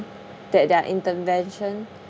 that their intervention